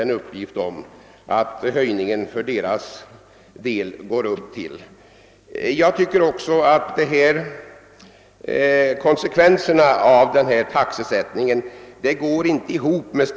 En sådan taxesättning tycker jag rimmar illa med statsmakternas satsningar i övrigt för att hjälpa människorna i glesbygden.